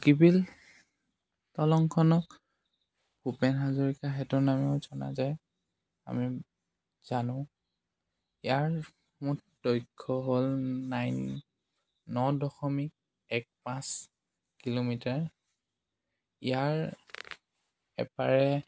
বগীবিল দলংখনক ভূপেন হাজৰিকা সেতু নামেৰেও জনা যায় আমি জানো ইয়াৰ মুঠ দৈৰ্ঘ্য হ'ল নাইন ন দশমিক এক পাঁচ কিলোমিটাৰ ইয়াৰ এপাৰে